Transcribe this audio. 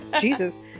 Jesus